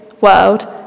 world